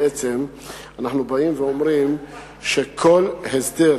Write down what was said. בעצם אנחנו באים ואומרים שכל הסדר,